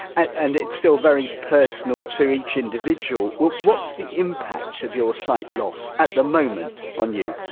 and it's still very personal to each individual. what's the impact of your sight loss, at the moment, on you?